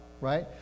right